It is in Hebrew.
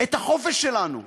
את החופש שלנו,